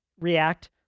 react